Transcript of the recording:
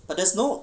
but there's no